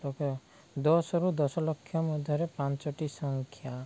ଦଶରୁ ଦଶଲକ୍ଷ ମଧ୍ୟରେ ପାଞ୍ଚଟି ସଂଖ୍ୟା